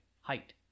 Height